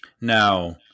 Now